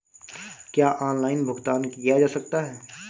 क्या ऑनलाइन भुगतान किया जा सकता है?